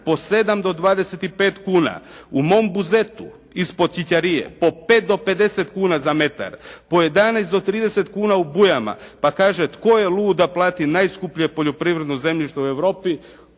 po 7 do 25 kuna. U mom Buzetu ispod Ćićarije po 5 do 50 kuna za metar. Po 11 do 30 kuna u Bujama. Pa kaže tko je lud da plati najskuplje poljoprivredno zemljište u Europi